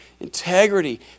integrity